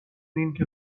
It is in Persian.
اینکه